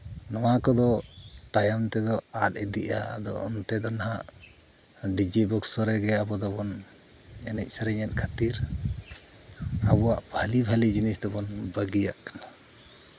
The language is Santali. ᱱᱚᱣᱟ ᱠᱚᱫᱚ ᱛᱟᱭᱚᱢ ᱛᱮᱫᱚ ᱟᱫᱚ ᱟᱫ ᱤᱫᱤᱜᱼᱟ ᱟᱫᱚ ᱚᱱᱛᱮ ᱫᱚ ᱱᱟᱦᱟᱜ ᱰᱤᱡᱮ ᱵᱚᱠᱥ ᱨᱮᱜᱮ ᱟᱵᱚ ᱫᱚᱵᱚᱱ ᱮᱱᱮᱡ ᱥᱮᱨᱮᱧᱮᱜ ᱠᱷᱟᱹᱛᱤᱨ ᱟᱵᱚᱣᱟᱜ ᱵᱷᱟᱞᱮ ᱵᱷᱟᱞᱮ ᱡᱤᱱᱤᱥ ᱫᱚᱵᱚᱱ ᱵᱟᱹᱜᱤᱭᱟᱜ ᱠᱟᱱᱟ